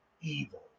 evil